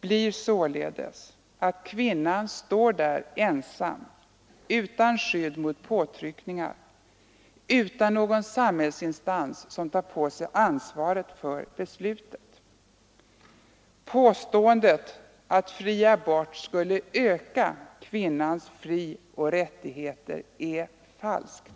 blir således att kvinnan står där ensam utan skydd mot påtryckningar, utan någon samhällsinstans som tar på sig ansvaret för beslutet. Påståendet att fri abort skulle öka kvinnans frioch rättigheter är falskt.